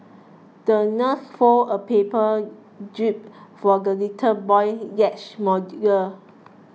the nurse folded a paper jib for the little boy's yacht model